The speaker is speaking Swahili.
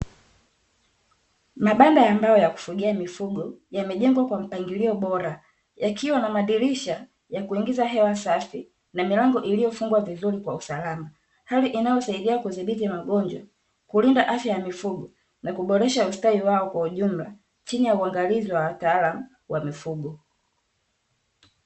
Mabanda ya mbao ya kufugia mifugo yamejengwa kwa mpangilio bora yakiwa na madirisha ya kuingiza hewa safi na milango iliyofungwa vizuri kwa usalama. Hali inayosaidia kudhibiti magonjwa, kulinda afya ya mifugo, na kuboresha ustawi wao kwa ujumla; chini ya uangalizi wataalam wa mifugo.